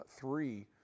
three